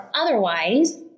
otherwise